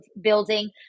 building